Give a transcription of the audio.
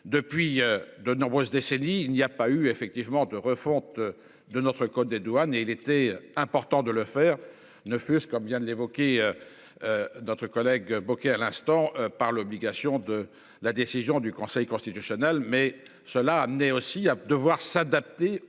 depuis de nombreuses décennies, il n'y a pas eu effectivement de refonte de notre code des douanes et il était important de le faire. Ne fut-ce comme vient de l'évoquer. D'autres collègues Bocquet à l'instant par l'obligation de la décision du Conseil constitutionnel mais cela amené aussi à devoir s'adapter aux